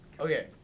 Okay